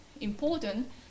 important